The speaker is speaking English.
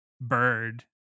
bird